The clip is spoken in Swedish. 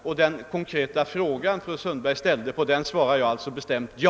På den konkreta fråga fru Sundberg ställde svarar jag alltså ett bestämt ja.